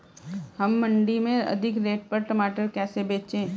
हम मंडी में अधिक रेट पर टमाटर कैसे बेचें?